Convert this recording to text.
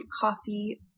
coffee